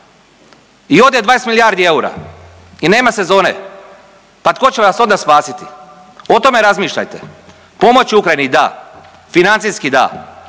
I ode 20 milijardi eura i nema sezone, pa tko će vas onda spasiti. O tome razmišljajte. Pomoći Ukrajini da, financijski da,